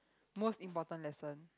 most important lesson